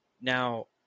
Now